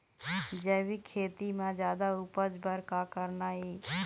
जैविक खेती म जादा उपज बर का करना ये?